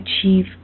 achieve